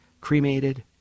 cremated